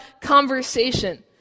conversation